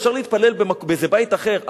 אפשר להתפלל באיזה בית אחר.